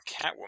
Catwoman